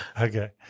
Okay